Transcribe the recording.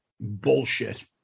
Bullshit